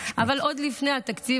אבל עוד לפני התקציב,